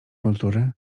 kultury